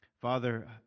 Father